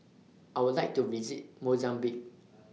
I Would like to visit Mozambique